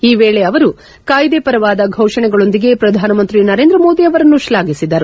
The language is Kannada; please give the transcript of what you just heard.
ಈ ವೇಳೆ ಅವರು ಕಾಯ್ದೆ ಪರವಾದ ಘೋಷಣೆಗಳೊಂದಿಗೆ ಪ್ರಧಾನಮಂತ್ರಿ ನರೇಂದ್ರ ಮೋದಿ ಅವರನ್ನು ಶ್ಲಾಘಿಸಿದರು